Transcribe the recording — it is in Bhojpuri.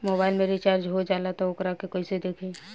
मोबाइल में रिचार्ज हो जाला त वोकरा के कइसे देखी?